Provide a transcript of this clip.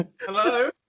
Hello